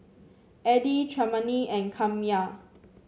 Eddy Tremaine and Kamryn